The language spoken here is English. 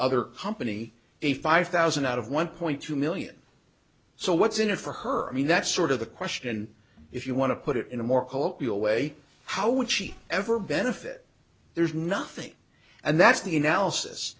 other company a five thousand out of one point two million so what's in it for her i mean that's sort of the question if you want to put it in a more colloquial way how would she ever benefit there's nothing and that's the analysis